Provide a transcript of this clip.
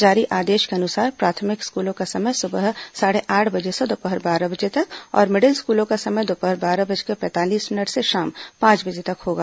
जारी आदेश के अनुसार प्राथमिक स्कूलों का समय सुबह साढ़े आठ बजे से दोपहर बारह बजे तक और मिडिल स्कूलों का समय दोपहर बारह बजकर पैंतालीस मिनट से शाम पांच बजे तक होगा